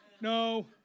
no